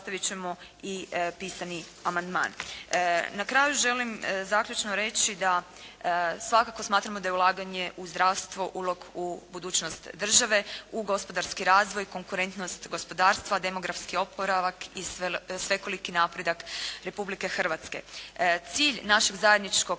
i pisani amandman. Na kraju želim zaključno reći da svakako smatramo da je ulaganje u zdravstvo ulog u budućnost države, u gospodarski razvoj, konkurentnost gospodarstva, demografski oporavak i svekoliki napredak Republike Hrvatske. Cilj našeg zajedničkog